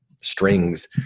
strings